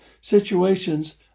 situations